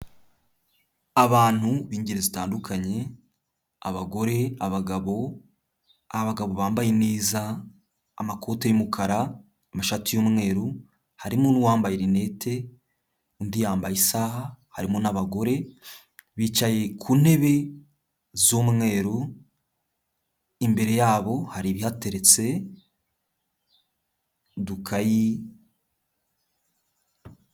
Abantu b'ingeri zitandukany, abagore, abagabo, abagabo bambaye neza, amakote y'umukara, amashati y'umweru, harimo n'uwambaye rinete, undi yambaye isaha, harimo n'abagore, bicaye ku ntebe z'umweru, imbere yabo hari ibihateretse, udukayi.